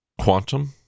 Quantum